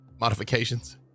modifications